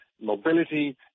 Mobility